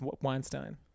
Weinstein